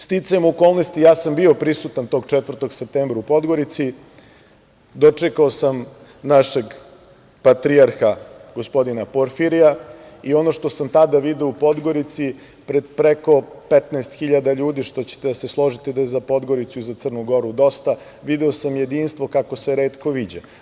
Sticajem okolnosti ja sam bio prisutan tog 4. septembra u Podgorici, dočekao sam našeg patrijarha, gospodina, Porfirija i ono što sam tada video u Podgorici preko 15 hiljada ljudi, što ćete da se složiti da je za Podgoricu i Crnu Goru dosta, video sam jedinstvo kako se retko viđa.